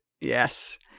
yes